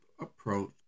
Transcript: approach